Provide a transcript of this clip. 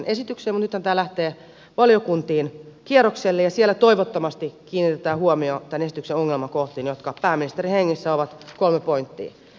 mutta nythän tämä lähtee valiokuntiin kierrokselle ja siellä toivottavasti kiinnitetään huomiota tämän esityksen ongelmakohtiin jotka pääministerin hengessä ovat kolme pointtia